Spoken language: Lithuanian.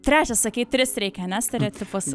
trečias sakei tris reikia ane stereotipus